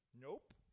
Nope